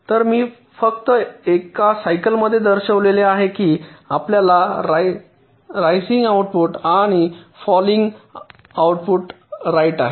तर मी फक्त एका सायकल मध्ये दर्शविले आहे की आपल्याकडे रायसिंग आउटपुट आणि फॉलिंग आउटपुट राईट आहे